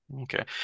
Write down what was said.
Okay